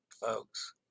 folks